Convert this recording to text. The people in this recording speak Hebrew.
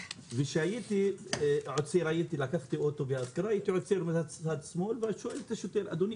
ולקחתי אוטו וכשהייתי עוצר הייתי עוצר בצד שמאל ושואל את השוטר: אדוני,